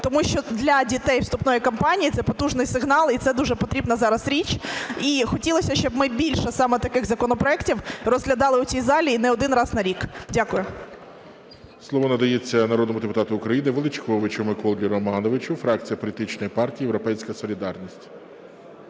тому що для дітей вступної кампанії це потужний сигнал і це дуже потрібна зараз річ. І хотілося, щоб ми більше саме таких законопроектів розглядали у цій залі і не один раз на рік. Дякую. ГОЛОВУЮЧИЙ. Слово надається народному депутату України Величковичу Миколі Романовичу, фракція політичної партії "Європейська солідарність".